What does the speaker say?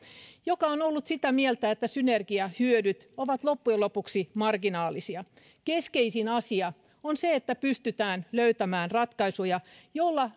joka on ollut sitä mieltä että synergiahyödyt ovat loppujen lopuksi marginaalisia keskeisin asia on se että pystytään löytämään ratkaisuja joilla